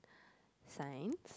science